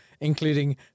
including